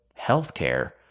healthcare